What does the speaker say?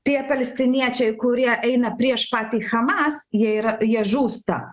tie palestiniečiai kurie eina prieš patį hamas jie yra jie žūsta